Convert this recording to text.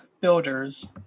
builders